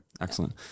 excellent